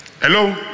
Hello